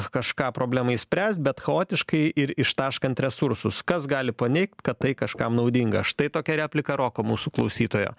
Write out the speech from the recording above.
kažką problemai spręst bet chaotiškai ir ištaškant resursus kas gali paneigt kad tai kažkam naudinga štai tokia replika roko mūsų klausytojo